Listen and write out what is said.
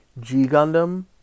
G-Gundam